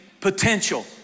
potential